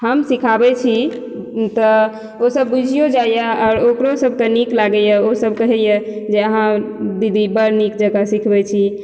हम सिखाबै छी तऽ ओ सब बूझियो जाइया आ ओकरो सबके नीक लागैया ओ सब कहैया जे अहाँ दीदी बढ़ नीक जकाँ सिखबै छी